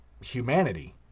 humanity